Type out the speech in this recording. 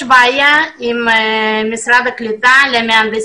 למהנדסים ואדריכלים עולים יש בעיה עם משרד הקליטה.